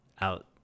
out